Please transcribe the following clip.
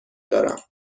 دارم